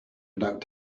without